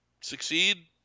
succeed